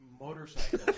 motorcycle